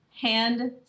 hand